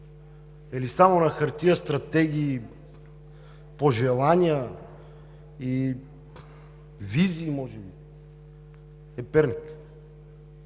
или само на хартия стратегии, пожелания и визии може би е Перник.